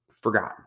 forgotten